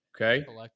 Okay